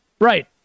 right